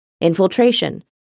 infiltration